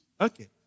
Okay